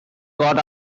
got